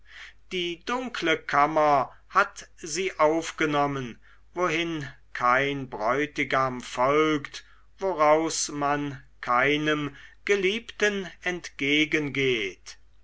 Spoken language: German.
die dunkle kammer hat sie aufgenommen wohin kein bräutigam folgt woraus man keinem geliebten